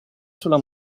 sulla